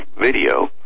video